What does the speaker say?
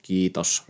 Kiitos